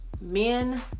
men